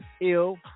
ill